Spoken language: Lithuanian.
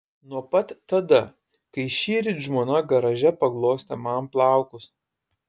nuo pat tada kai šįryt žmona garaže paglostė man plaukus